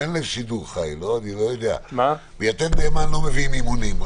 לא, מדובר על אימונים.